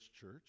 Church